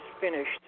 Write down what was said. finished